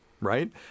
right